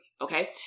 okay